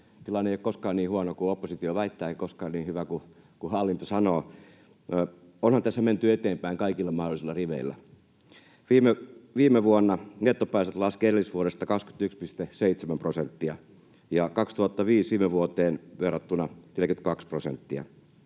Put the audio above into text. tilanne ei ole koskaan niin huono kuin oppositio väittää, ei koskaan niin hyvä kuin hallitus sanoo. Onhan tässä menty eteenpäin kaikilla mahdollisilla riveillä. Viime vuonna nettopäästöt laskivat edellisvuodesta 21,7 prosenttia ja vuodesta 2005 viime vuoteen verrattuna 42 prosenttia.